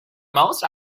most